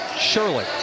Shirley